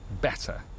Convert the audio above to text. better